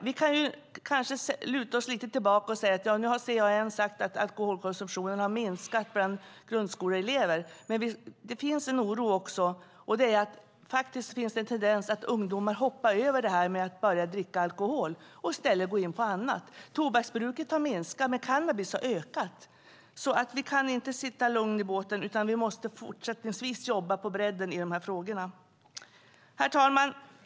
Vi kanske lutar oss tillbaka och menar att CAN har sagt att alkoholkonsumtionen har minskat bland grundskoleelever, men det råder en oro över att det finns en tendens att ungdomar hoppar över alkoholen och i stället går in på annat. Tobaksbruket har minskat, men cannabisbruket har ökat. Vi kan inte sitta stilla i båten, utan vi måste i fortsättningen jobba på bredden i dessa frågor. Herr talman!